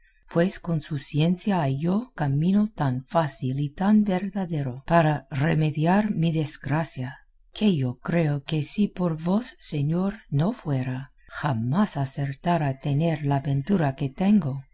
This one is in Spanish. pues con su ciencia halló camino tan fácil y tan verdadero para remediar mi desgracia que yo creo que si por vos señor no fuera jamás acertara a tener la ventura que tengo